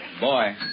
Boy